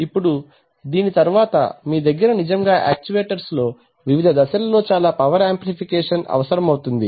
ఇప్పుడు దీని తరువాత మీ దగ్గర నిజముగా యాక్చువేటర్స్ లో వివిధ దశలలో చాలా పవర్ ఆంప్లిఫికేషన్ అవసరమవుతుంది